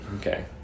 Okay